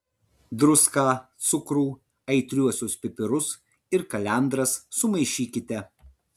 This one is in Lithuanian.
druską cukrų aitriuosius pipirus ir kalendras sumaišykite